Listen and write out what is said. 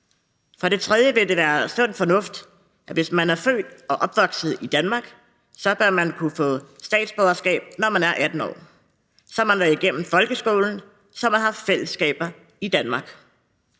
For det tredje ville det være sund fornuft, at man, hvis man er født og opvokset i Danmark, bør kunne få statsborgerskab, når man er 18 år. Så har man været igennem folkeskolen, og så har man haft fællesskaber i Danmark.